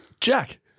Jack